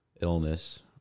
illness